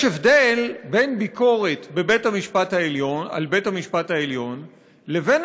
יש הבדל בין ביקורת על בית-המשפט העליון לבין